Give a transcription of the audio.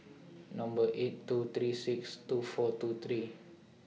Number eight two three six two four two three